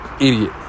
idiot